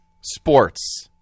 sports